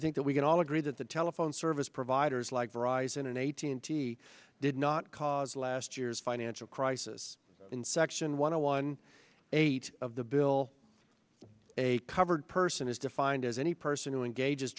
think that we can all agree that the telephone service providers like verizon and eighteen t did not cause last year's financial crisis in section one hundred one eight of the bill a covered person is defined as any person who engages